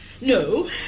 No